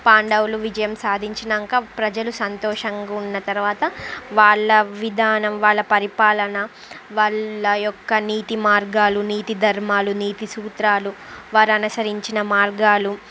పాండవులు విజయం సాధించాక ప్రజలు సంతోషంగా ఉన్న తరువాత వాళ్ళ విధానం వాళ్ళ పరిపాలన వాళ్ళ యొక్క నీతి మార్గాలు నీతి ధర్మాలు నీతి సూత్రాలు వారు అనుసరించిన మార్గాలు